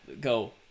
go